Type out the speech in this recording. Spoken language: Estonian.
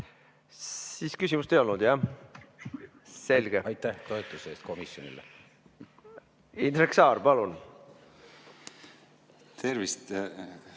Siis küsimust ei olnud, jah? Selge. Aitäh toetuse eest komisjonile! Indrek Saar, palun! Tervist